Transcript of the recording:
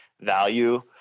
value